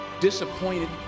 disappointed